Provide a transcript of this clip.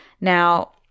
Now